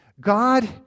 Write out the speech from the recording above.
God